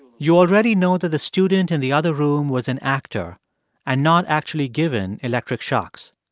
you already know that the student in the other room was an actor and not actually given electric shocks.